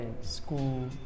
school